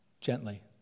Gently